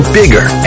bigger